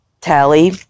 tally